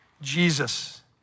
Jesus